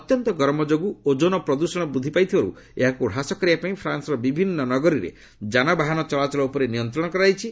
ଅତ୍ୟନ୍ତ ଗରିମ ଯୋଗୁଁ ଓଜନ ପ୍ରଦୃଷଣ ବୃଦ୍ଧି ପାଇଥିବାରୁ ଏହାକୁ ହ୍ରାସ କରିବା ପାଇଁ ଫ୍ରାନ୍ୱର ବିଭିନ୍ନ ନଗରିରେ ଯାନବାହନ ଚଳାଚଳ ଉପରେ ନିୟନ୍ତ୍ରଣ କରାଯାଇଛି